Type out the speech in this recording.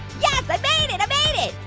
yes, i made it, i made it!